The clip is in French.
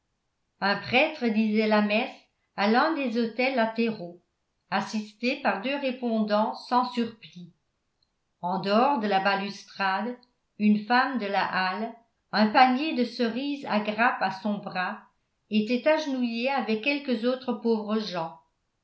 un prêtre disait la messe à l'un des autels latéraux assisté par deux répondants sans surplis en dehors de la balustrade une femme de la halle un panier de cerises à grappes à son bras était agenouillée avec quelques autres pauvres gens